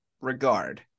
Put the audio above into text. regard